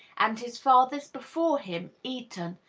and his fathers before him, eaten,